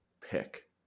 pick